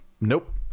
nope